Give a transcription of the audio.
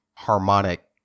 harmonic